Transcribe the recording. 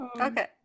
Okay